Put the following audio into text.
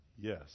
yes